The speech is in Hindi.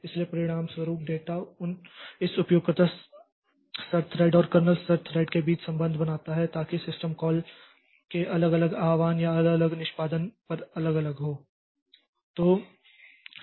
इसलिए परिणामस्वरूप डेटा इस उपयोगकर्ता स्तर थ्रेड और कर्नेल स्तर थ्रेड के बीच संबंध बनाता है ताकि सिस्टम कॉल के अलग अलग आह्वान या अलग अलग निष्पादन पर अलग अलग हो